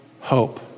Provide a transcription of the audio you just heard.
hope